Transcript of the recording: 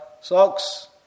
socks